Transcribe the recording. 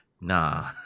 nah